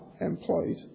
employed